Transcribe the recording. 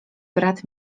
brat